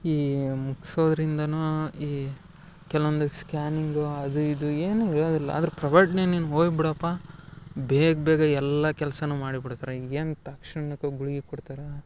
ಈ ಮುಗ್ಸೋದ್ರಿಂದನೂ ಈ ಕೆಲ್ವೊಂದು ಸ್ಕ್ಯಾನಿಂಗು ಅದು ಇದು ಏನು ಇರೋದಿಲ್ಲ ಆದ್ರ ಪ್ರೈವೇಟ್ನ್ಯಾಗ ನೀನು ಹೊಯಿ ಬಿಡಪ್ಪ ಬೇಗ್ ಬೇಗ ಎಲ್ಲ ಕೆಲ್ಸನು ಮಾಡಿ ಬಿಡ್ತರ ಎಂತ ಕ್ಷುನ್ನಕ ಗುಳ್ಗಿ ಕೊಡ್ತರಾ